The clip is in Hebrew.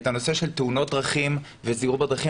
את הנושא של תאונות דרכים וזהירות בדרכים,